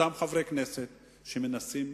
אותם חברי כנסת שמנסים,